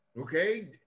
okay